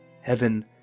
Heaven